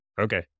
Okay